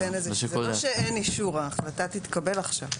זה לא שאין אישור, ההחלטה תתקבל עכשיו.